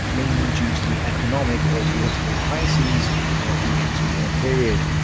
mainly due to the economic or political crises of the interwar period.